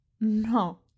No